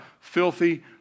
Filthy